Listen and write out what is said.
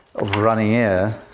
running air.